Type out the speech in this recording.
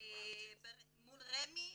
מול רמ"י,